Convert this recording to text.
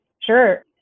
Sure